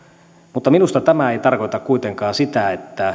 mutta minusta tämä ei tarkoita kuitenkaan sitä että